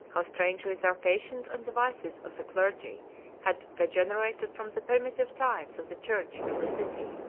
how strangely their patience and the vices of the clergy had degenerated from the primitive times of the church and the city.